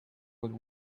would